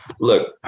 look